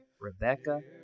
Rebecca